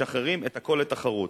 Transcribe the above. משחררים את הכול לתחרות.